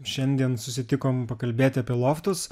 šiandien susitikom pakalbėti apie loftus